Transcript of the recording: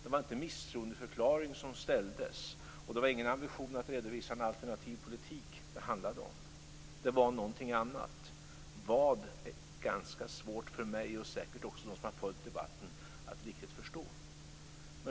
Det var inte misstroendeförklaring som ställdes. Det var ingen ambition att redovisa en alternativ politik det handlade om. Det var någonting annat. Vad är det ganska svårt för mig, och säkert också för dem som har följt debatten, att riktigt förstå.